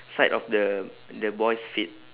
side of the the boy's feet